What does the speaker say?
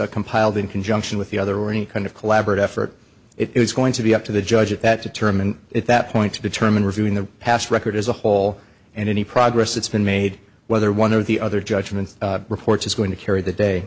was compiled in conjunction with the other or any kind of collaborative effort it is going to be up to the judge at that determine if that point to determine reviewing the past record as a whole and any progress that's been made whether one or the other judgments reports is going to carry the day